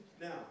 Now